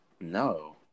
No